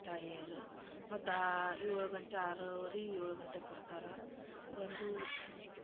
ತಾಯಿಯವರು ಮತ್ತು ಆ ಏಳು ಗಂಟೆ ಆರುವರೆ ಏಳು ಗಂಟೆಕ ಬರ್ತಾರೆ ಬಂದು